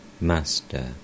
Master